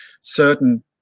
certain